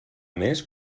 més